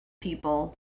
people